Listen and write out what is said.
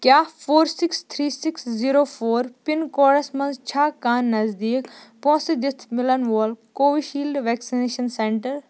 کیٛاہ four six three six zero four pin کوڈَس منٛز چھا کانٛہہ نزدیٖک پونٛسہٕ دِتھ مِلَن وول کوویٖشیٖلڈ وٮ۪کسِنیشَن سٮ۪نٹَر